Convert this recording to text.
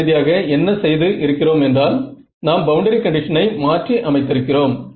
நாம் இறுதியாக என்ன செய்திருக்கிறோம் என்றால் நாம் பவுண்டரி கண்டிஷனை மாற்றி அமைத்திருக்கிறோம்